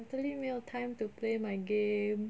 totally 没有 time to play my game